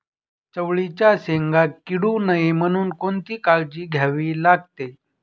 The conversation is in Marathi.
चवळीच्या शेंगा किडू नये म्हणून कोणती काळजी घ्यावी लागते?